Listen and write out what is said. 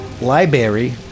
Library